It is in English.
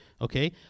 okay